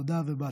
תודה ובהצלחה.